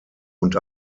und